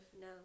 No